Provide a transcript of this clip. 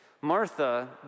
Martha